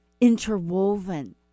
interwoven